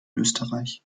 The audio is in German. österreich